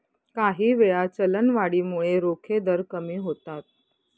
काहीवेळा, चलनवाढीमुळे रोखे दर कमी होतात